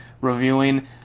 reviewing